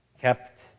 kept